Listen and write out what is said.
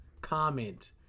comment